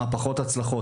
מה פחות הצליח,